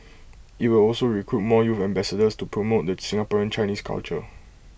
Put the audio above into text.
IT will also recruit more youth ambassadors to promote the Singaporean Chinese culture